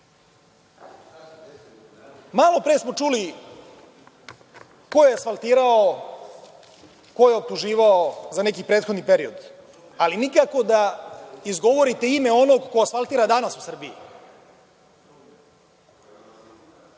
Srbije. Malopre smo čuli ko je asfaltirao, ko je optuživao za neki prethodni period, ali nikako da izgovorite ime onog ko asfaltira danas u Srbiji.